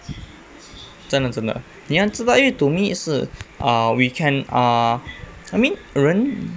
真的真的你要知道因为 to me 是 err we can err I mean 人